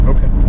Okay